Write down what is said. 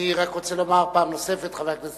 אני רק רוצה לומר פעם נוספת: חבר הכנסת